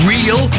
Real